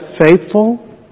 faithful